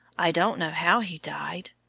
i don't know how he died.